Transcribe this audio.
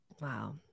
Wow